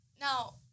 Now